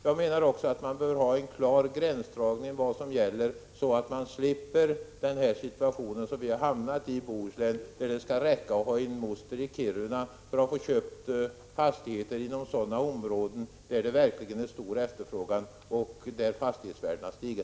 Jag menar också att det bör finnas en klar gränsdragning i fråga om vad som gäller, så att man slipper den situation som vi i Bohuslän har hamnat i, där det har räckt att ha en moster i Kiruna för att få köpa fastigheter inom sådana områden där det är verkligt stor efterfrågan och där fastighetsvärdena stigit.